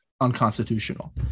unconstitutional